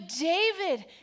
David